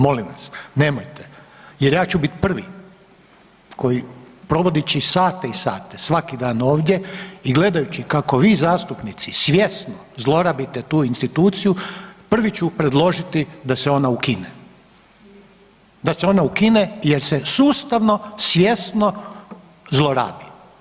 Molim vas, nemojte jer ja ću biti prvi koji provodeći sate i sate svaki dan ovdje i gledajući kako vi zastupnici svjesno zlorabite tu instituciju, prvi ću predložiti da se ona ukine, da se ona ukine jer se sustavno, svjesno zlorabi.